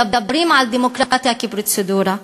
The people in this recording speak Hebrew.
מדברים על דמוקרטיה כפרוצדורה.